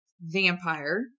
Vampire